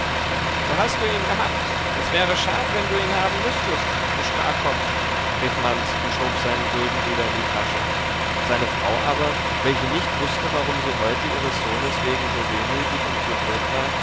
so hast du ihn gehabt es wäre schad wenn du ihn haben müßtest du starrkopf rief manz und schob seinen gulden wieder in die tasche seine frau aber welche nicht wußte warum sie heute ihres sohnes wegen so wehmütig und gerührt war